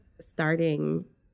starting